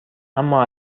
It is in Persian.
اما